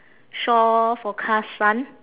shore forecast sun